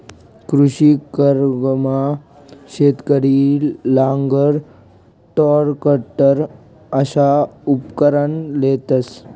कृषी कर्जमा शेतकरी नांगर, टरॅकटर अशा उपकरणं लेतंस